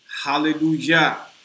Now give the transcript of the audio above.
hallelujah